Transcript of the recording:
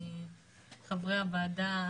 חברי הוועדה,